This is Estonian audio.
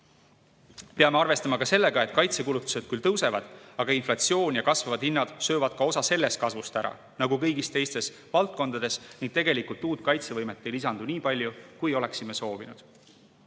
Peame arvestama ka sellega, et kaitsekulutused küll tõusevad, aga inflatsioon ja kasvavad hinnad söövad osa sellest kasvust ära nagu kõigis teistes valdkondades, seega tegelikult uut kaitsevõimet ei lisandu nii palju, kui oleksime soovinud.